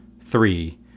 Three